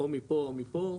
או מפה, או מפה,